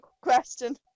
question